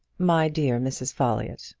my dear mrs. folliott,